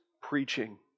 preaching